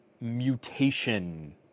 mutation